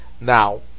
now